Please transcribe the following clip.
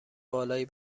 بالایی